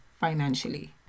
financially